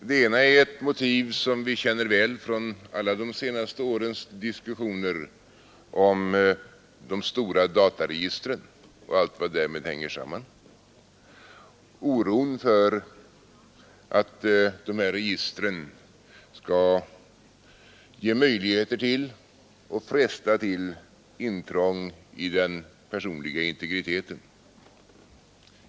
Det ena är ett motiv som vi känner väl till från alla de senaste årens diskussioner om de stora dataregistren och allt vad därmed hänger samman: oron för att de här registren skall ge möjligheter till och fresta till intrång i den personliga integriteten.